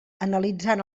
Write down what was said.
analitzant